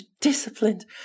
disciplined